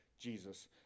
Jesus